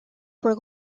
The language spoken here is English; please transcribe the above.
were